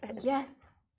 Yes